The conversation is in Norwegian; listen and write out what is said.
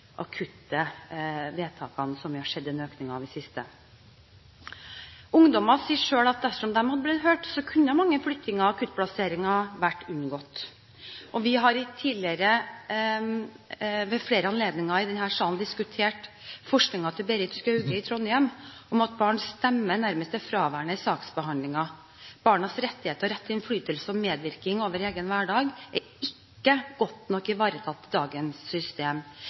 vedtakene som man har sett en økning av i det siste. Ungdommene sier selv at dersom de hadde blitt hørt, kunne mange flyttinger og akuttplasseringer vært unngått. Vi har tidligere ved flere anledninger i denne salen diskutert forskningen til Berit Skauge i Trondheim om at barns stemme nærmest er fraværende i saksbehandlingen. Barnas rettigheter og rett til innflytelse og medvirkning over egen hverdag er ikke godt nok ivaretatt i dagens system.